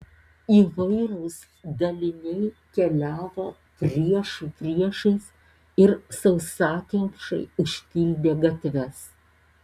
įvairūs daliniai keliavo priešų priešais ir sausakimšai užpildė gatves